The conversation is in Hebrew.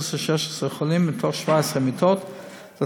16 חולים מתוך 17 מיטות בממוצע ליום,